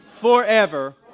forever